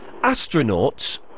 Astronauts